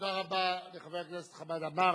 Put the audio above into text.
תודה רבה לחבר הכנסת חמד עמאר.